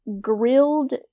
grilled